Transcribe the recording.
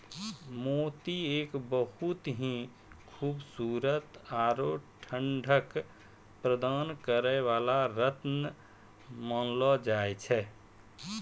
मोती एक बहुत हीं खूबसूरत आरो ठंडक प्रदान करै वाला रत्न मानलो जाय छै